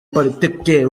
politiki